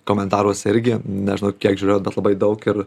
komentaruose irgi nežinau kiek žiūrėjau bet labai daug ir